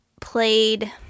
played